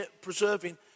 preserving